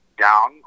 down